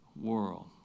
world